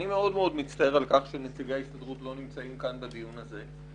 אני מאוד מאוד מצטער על כך שנציגי ההסתדרות לא נמצאים בדיון זה.